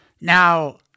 Now